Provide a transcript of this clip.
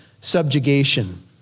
subjugation